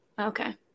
Okay